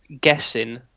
guessing